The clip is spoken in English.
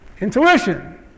Intuition